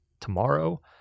tomorrow